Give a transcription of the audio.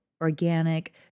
organic